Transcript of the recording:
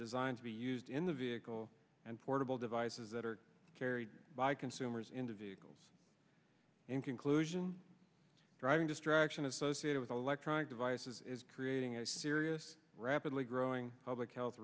designed to be used in the vehicle and portable devices that are carried by consumers into vehicles in conclusion driving distraction associated with electronic devices is creating a serious rapidly growing public health